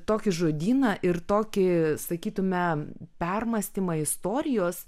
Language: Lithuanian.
tokį žodyną ir tokį sakytume permąstymą istorijos